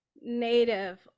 native